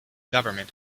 government